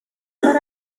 but